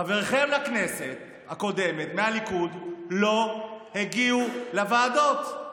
חבריכם לכנסת הקודמת מהליכוד לא הגיעו לוועדות,